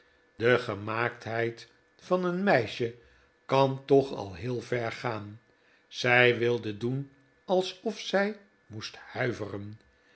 de gemaaktheid van een meisje kan toch al heel ver gaan zij wilde doen alsof zij moest huiveren